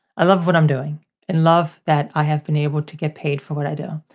i love what i'm doing and love that i have been able to get paid for what i do.